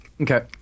Okay